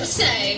say